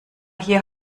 hier